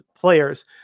players